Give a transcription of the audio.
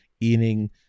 eating